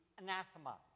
anathema